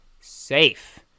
safe